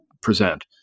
present